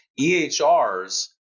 EHRs